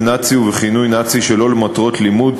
נאצי ובכינוי נאצי שלא למטרות לימוד,